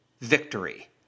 victory